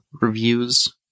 reviews